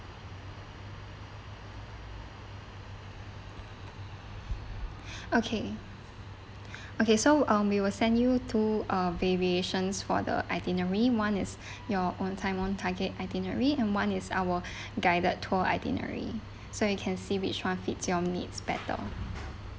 okay okay so um we will send you two uh variations for the itinerary [one] is your own time own target itinerary and one is our guided tour itinerary so you can see which [one] fits your needs better